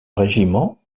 régiment